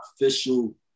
official